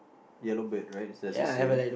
yellow bird right just the same